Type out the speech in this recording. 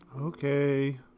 Okay